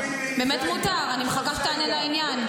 באמת מותר, אני מחכה שתענה לעניין.